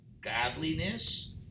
godliness